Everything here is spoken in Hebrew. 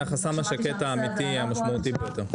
זה החסם השקט האמיתי המשמעותי ביותר.